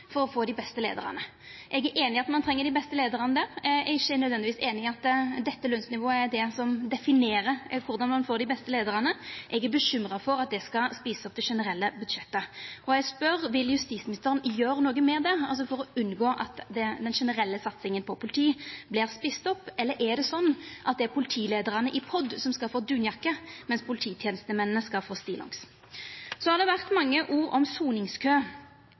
for å få dei beste leiarane. Eg er einig i at ein treng dei beste leiarane. Eg er ikkje nødvendigvis einig i at dette lønnsnivået er det som definerer korleis ein får dei beste leiarane. Eg er bekymra for at det skal eta opp det generelle budsjettet. Eg spør: Vil justisministeren gjera noko med det for å unngå at den generelle satsinga på politi vert eten opp, eller er det slik at det er politileiarene i POD som skal få dunjakke, medan polititenestemennene skal få stillongs? Så har det kome mange ord om soningskø.